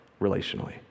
relationally